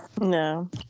No